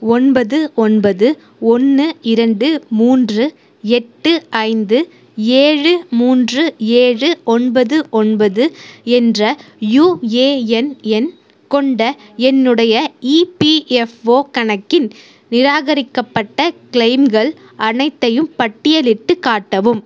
ஒன்பது ஒன்பது ஒன்று இரண்டு மூன்று எட்டு ஐந்து ஏழு மூன்று ஏழு ஒன்பது ஒன்பது என்ற யுஏஎன் எண் கொண்ட என்னுடைய இபிஎஃப்ஒ கணக்கின் நிராகரிக்கப்பட்ட கிளைம்கள் அனைத்தையும் பட்டியலிட்டுக் காட்டவும்